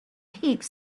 heaps